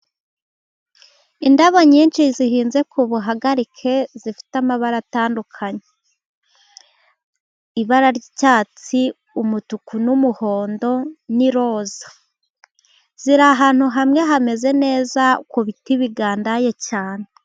Indabo nyinshi zihinze ku buhagarike zifite amabara atandukanye. Ibara ry'icyatsi, umutuku, n'umuhondo n'iroza ziri ahantu hamwe hameze neza ku biti bigandaye cyane.